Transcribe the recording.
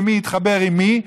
ומי התחבר עם מי,